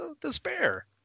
despair